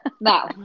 No